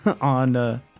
on